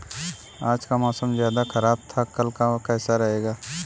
आज का मौसम ज्यादा ख़राब था कल का कैसा रहेगा?